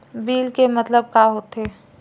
Bill के मतलब का होथे?